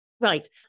Right